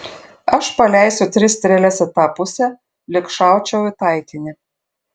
aš paleisiu tris strėles į tą pusę lyg šaučiau į taikinį